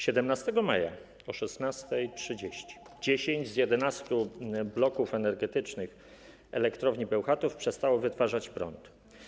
17 maja o godz. 16.30 10 z 11 bloków energetycznych Elektrowni Bełchatów przestało wytwarzać prąd.